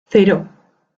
cero